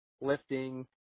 lifting